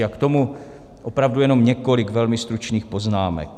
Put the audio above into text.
A k tomu opravdu jenom několik velmi stručných poznámek.